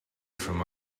from